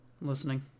listening